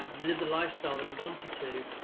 um live the lifestyle that he wanted to,